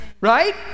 right